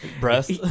Breast